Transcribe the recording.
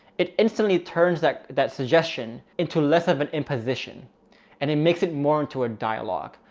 it instantly turns that that suggestion into less of an imposition and it makes it more into a dialogue,